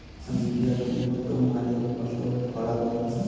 আমি কিভাবে উন্নত মানের ফসল ফলাব?